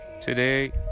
Today